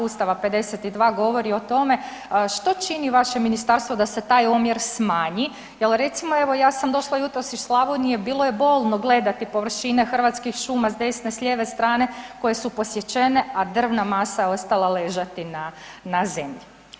Ustava 52 govori o tome, što čini vaše Ministarstvo da se taj omjer smanji jer recimo, evo, ja sam došla jutros iz Slavonije, bilo je bolno gledati površine hrvatskih šuma s desne, lijeve strane, koje su posjećene, a drvna masa je ostala ležati na zemlji.